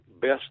best